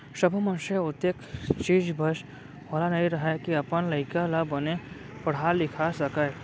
सब्बो मनसे ओतेख चीज बस वाला नइ रहय के अपन लइका ल बने पड़हा लिखा सकय